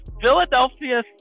Philadelphia